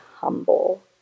humble